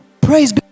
praise